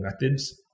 methods